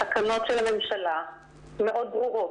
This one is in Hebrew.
התקנות של הממשלה מאוד ברורות,